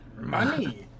Money